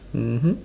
mmhmm